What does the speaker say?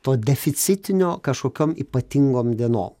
to deficitinio kažkokiom ypatingom dienom